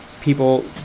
people